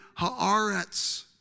haaretz